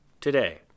today